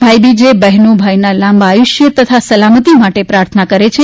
ભાઈબીજએ બહેનો ભાઈના લાંબા આયુષ્ય તથા સલામતી માટે પ્રાર્થના કરે છે